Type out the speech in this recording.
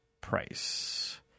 price